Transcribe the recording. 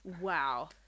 Wow